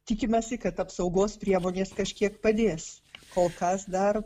tikimasi kad apsaugos priemonės kažkiek padės kol kas dar